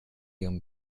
ihrem